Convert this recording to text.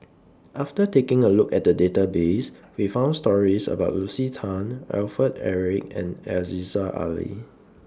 after taking A Look At The Database We found stories about Lucy Tan Alfred Eric and Aziza Ali